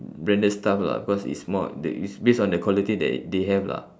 branded stuff lah cause it's more th~ it's based on the quality that they have lah